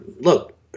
look